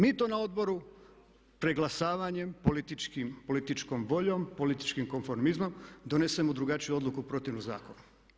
Mi to na odboru preglasavanjem političkim, političkom voljom, političkim konformizmom donesemo drugačiju odluku protivno zakonu.